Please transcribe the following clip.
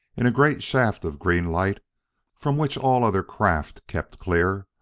in a great shaft of green light from which all other craft kept clear,